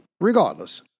regardless